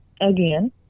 again